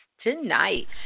tonight